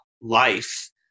life